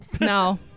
No